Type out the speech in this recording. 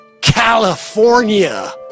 California